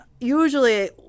usually